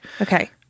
Okay